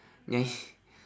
yang